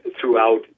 throughout